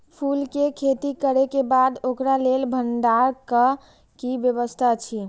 फूल के खेती करे के बाद ओकरा लेल भण्डार क कि व्यवस्था अछि?